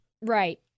Right